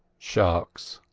sharks,